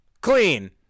clean